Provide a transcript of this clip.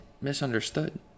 misunderstood